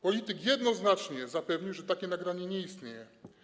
Polityk jednoznacznie zapewnił, że takie nagranie nie istnieje.